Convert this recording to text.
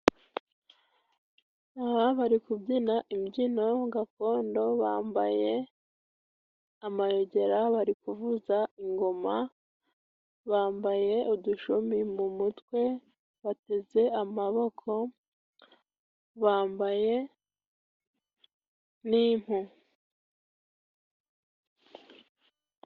Aba bari kubyina imbyino gakondo. Bambaye amayogera, bari kuvuza ingoma, bambaye udushumi mu mutwe, bateze amaboko, bambaye n'impu.